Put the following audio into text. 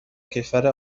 کشور